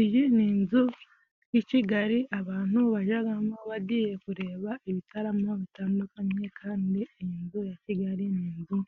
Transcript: Iyi ni inzu y' i Kigali ,abantu bajagamo bagiye kureba ibitaramo bitandukanye ,kandi iyi nzu ya kigali ni inzu